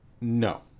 No